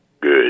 Good